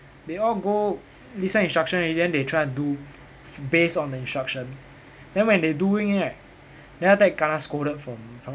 they all go listen instruction already then they try and do based on the instruction then when they doing it right then after that kena scolded from from